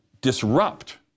disrupt